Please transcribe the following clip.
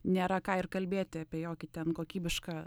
nėra ką ir kalbėti apie jokį ten kokybišką